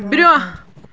برٛۄنٛہہ